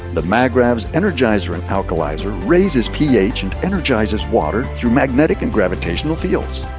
the magravs energizer and alkalizer raises ph and energizes water through magnetic and gravitational fields.